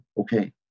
okay